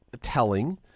telling